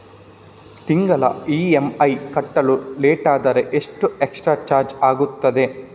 ತಿಂಗಳ ಇ.ಎಂ.ಐ ಕಟ್ಟಲು ಲೇಟಾದರೆ ಎಷ್ಟು ಎಕ್ಸ್ಟ್ರಾ ಚಾರ್ಜ್ ಆಗುತ್ತದೆ?